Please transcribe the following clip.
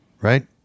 right